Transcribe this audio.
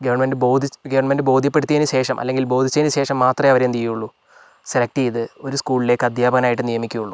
government ബോധിച്ച് government ബോധ്യപ്പെടുത്തിയതിന് ശേഷം അല്ലെങ്കിൽ ബോധിച്ചതിന് ശേഷം മാത്രമേ അവർ എന്ത് ചെയ്യുകയുള്ളൂ സെലെക്റ്റ് ചെയ്ത് ഒരു സ്കൂളിലേക്ക് അധ്യാപകനായിട്ട് നിയമിക്കുകയുള്ളൂ